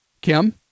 Kim